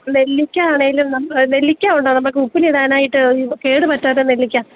നെല്ലിക്ക ആണേലും നമ്മൾ നെല്ലിക്ക ഉണ്ടോ നമുക്ക് ഉപ്പിലിടാനായിട്ട് കേട് പറ്റാത്ത നെല്ലിക്ക